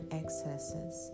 excesses